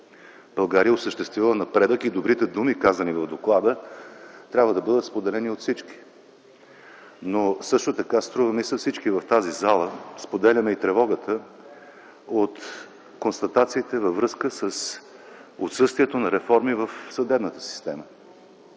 България е осъществила напредък и добрите думи, казани в доклада, трябва да бъдат споделени от всички. Но също така, струва ми се, всички в тази зала споделяме и тревогата от констатациите във връзка с отсъствието на реформи в съдебната система.